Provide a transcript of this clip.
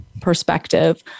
perspective